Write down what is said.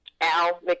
al